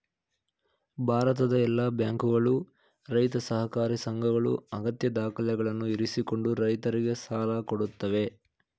ಭಾರತದ ಎಲ್ಲಾ ಬ್ಯಾಂಕುಗಳು, ರೈತ ಸಹಕಾರಿ ಸಂಘಗಳು ಅಗತ್ಯ ದಾಖಲೆಗಳನ್ನು ಇರಿಸಿಕೊಂಡು ರೈತರಿಗೆ ಸಾಲ ಕೊಡತ್ತವೆ